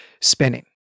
spinning